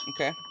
Okay